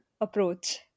approach